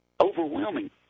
Overwhelming